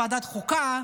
יש ועדת משנה בוועדת חוקה,